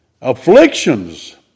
afflictions